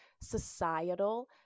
societal